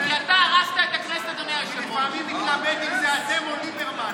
אני לפעמים מתלבט אם זה אתם או ליברמן,